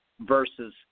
versus